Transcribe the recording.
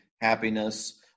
happiness